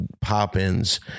pop-ins